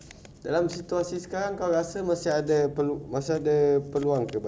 dalam situasi sekarang kau rasa masih ada masih ada peluang